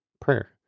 prayer